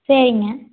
சரிங்க